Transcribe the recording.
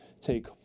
take